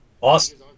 Awesome